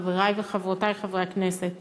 חברי וחברותי חברי הכנסת,